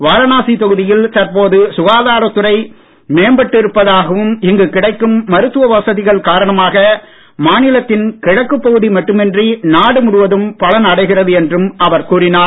வாரணாசி தொகுதியில் தற்போது சுகாதாரத்துறை மேம்பட்டு இருப்பதாகவும் இங்கு கிடைக்கும் மருத்துவ வசதிகள் காரணமாக மாநிலத்தின் கிழக்கு பகுதி மட்டுமின்றி நாடு முழுவதும் பலன் அடைகிறது என்றும்அவர் கூறினார்